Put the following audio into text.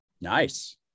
Nice